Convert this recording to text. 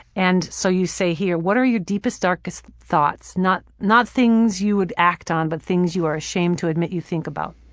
and so you say here, what are your deepest, darkest thoughts? not not things you would act on but things you are ashamed to admit you think about.